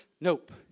Nope